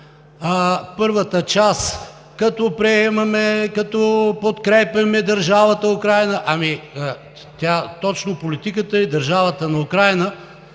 Първата част: като приемаме, като подкрепяме държавата Украйна… Ами че тя – точно политиката на държавата Украйна,